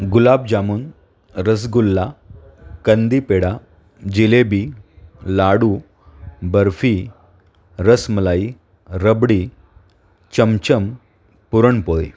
गुलाबजामून रसगुल्ला कंदी पेढा जिलेबी लाडू बर्फी रसमलाई रबडी चमचम पुरणपोळी